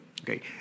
Okay